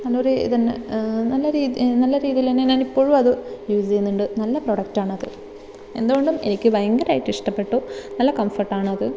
നല്ലൊരു ഇതു തന്നെ നല്ല രീതി നല്ല രീതിയിൽ തന്നെ ഞാനിപ്പോഴും അത് യൂസ് ചെയ്യുന്നുണ്ട് നല്ല പ്രോഡക്റ്റാണത് എന്തുകൊണ്ടും എനിക്ക് ഭയങ്കരമായിട്ട് ഇഷ്ടപ്പെട്ടു നല്ല കംഫർട്ടാണ് അത്